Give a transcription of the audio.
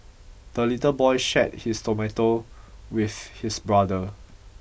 the little boy shared his tomato with his brother